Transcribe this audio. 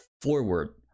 forward